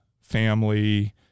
family